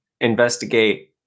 investigate